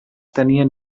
tenien